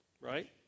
right